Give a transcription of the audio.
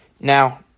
Now